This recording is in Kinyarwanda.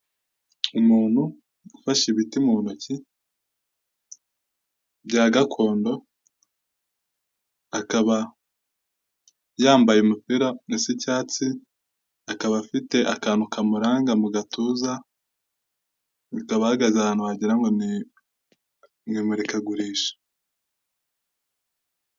Umuntu ufashe ibiti mu ntoki bya gakondo, akaba yambaye umupira usa icyatsi, akaba afite akantu kamuranga mu gatuza, akaba ahagaze ahantu wagira ngo ni mu imurikagurisha.